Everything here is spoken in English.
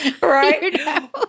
Right